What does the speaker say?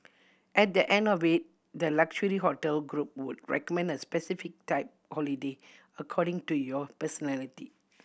at the end of we the luxury hotel group would recommend a specific type holiday according to your personality